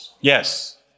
Yes